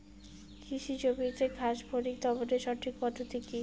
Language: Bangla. কৃষি জমিতে ঘাস ফরিঙ দমনের সঠিক পদ্ধতি কি?